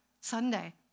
Sunday